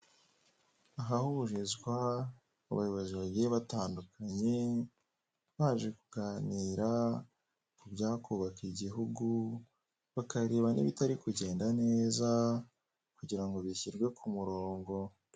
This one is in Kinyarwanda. Ahahurizwa abayobozi bagiye batandukanye, baje kuganira ku byakubaka igihugu, bakareba n'ibitari kugenda neza, kugira ngo bishyirwe ku murongo.